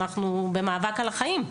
אנחנו במאבק על החיים.